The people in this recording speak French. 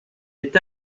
est